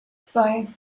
zwei